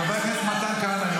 חבר הכנסת גלעד קריב, קריאה ראשונה.